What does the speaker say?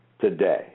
today